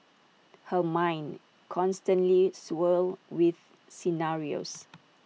her mind constantly swirled with scenarios